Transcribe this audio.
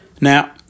Now